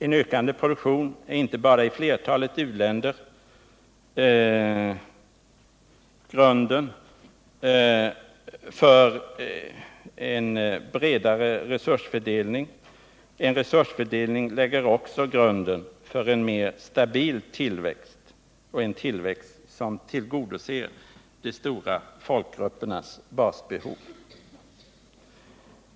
En ökande produktion är inte bara i flertalet u-länder grunden för en bredare resursfördelning, utan en bredare resursfördelning lägger också grunden för en mer stabil tillväxt, som kan tillgodose de stora folkgruppernas basbehov.